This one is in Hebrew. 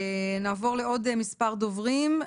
נעבור לעוד מספר דוברים.